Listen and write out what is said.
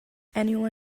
anyone